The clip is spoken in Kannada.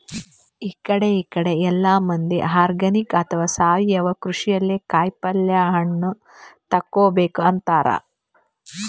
ಇಕಡಿ ಇಕಡಿ ಎಲ್ಲಾ ಮಂದಿ ಆರ್ಗಾನಿಕ್ ಅಥವಾ ಸಾವಯವ ಕೃಷಿಲೇ ಕಾಯಿಪಲ್ಯ ಹಣ್ಣ್ ತಗೋಬೇಕ್ ಅಂತಾರ್